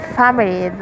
family